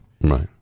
right